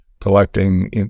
collecting